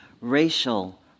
racial